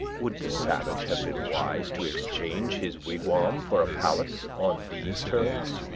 would the savage have been wise to exchange his wigwam for a palace on these terms?